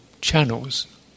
channels